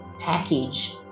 package